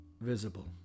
visible